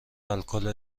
الکل